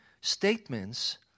statements